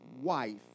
wife